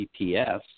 GPS